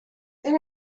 there